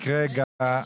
רק רגע.